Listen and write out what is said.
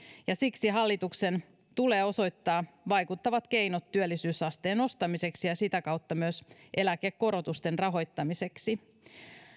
ja siksi hallituksen tulee osoittaa vaikuttavat keinot työllisyysasteen nostamiseksi ja sitä kautta myös eläkekorotusten rahoittamiseksi